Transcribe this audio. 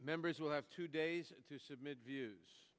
members will have two days to submit views